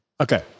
Okay